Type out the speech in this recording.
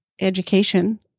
education